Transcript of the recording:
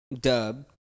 dub